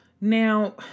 Now